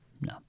No